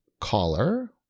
caller